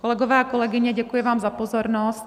Kolegové a kolegyně, děkuji vám za pozornost.